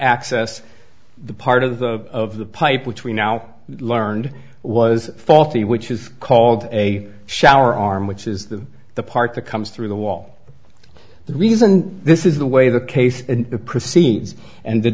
access the part of the of the pipe which we now learned was faulty which is called a shower arm which is the the part that comes through the wall the reason this is the way the case and the proceeds and the